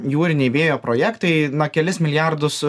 jūriniai vėjo projektai na kelis milijardus